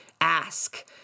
ask